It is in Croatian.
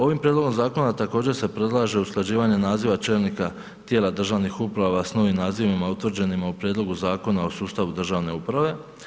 Ovim prijedlogom zakona također se predlaže usklađivanje naziva čelnika tijela državnih uprava s novim nazivima utvrđenima u prijedlogu Zakona o sustavu državne uprave.